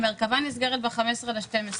המרכבה מסגרת ב-15.12.